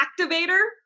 activator